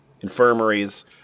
infirmaries